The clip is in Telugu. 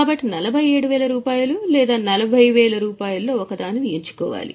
కాబట్టి 47000 లేదా 40000 ఒక దానిని ఎంచుకోవాలి